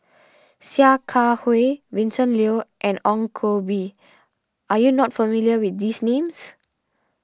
Sia Kah Hui Vincent Leow and Ong Koh Bee are you not familiar with these names